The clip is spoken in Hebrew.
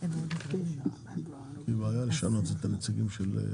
ולא הכללתי בזה את הערים המעורבות.